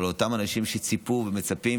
ולאותם אנשים שציפו ומצפים,